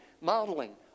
modeling